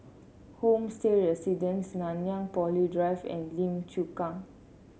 Homestay Residences Nanyang Poly Drive and Lim Chu Kang